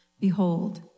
Behold